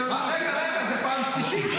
רגע, רגע, זו פעם שלישית.